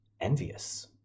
envious